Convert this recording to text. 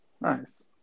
Nice